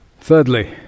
Thirdly